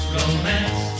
romance